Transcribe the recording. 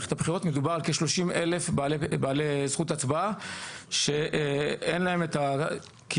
במערכת הבחירות מדובר על כ-30 אלף בעלי זכות הצבעה שאין להם את הקירבה,